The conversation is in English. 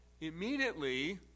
immediately